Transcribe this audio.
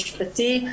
משפטי,